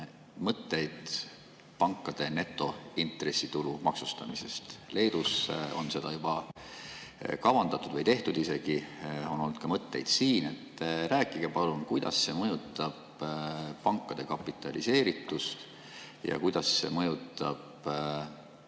mõtteid pankade netointressitulu maksustamisest. Leedus on seda juba kavandatud või tehtud isegi. On olnud mõtteid ka siin. Rääkige palun, kuidas see mõjutab pankade kapitaliseeritust ja kuidas see mõjutab